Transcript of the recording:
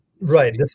right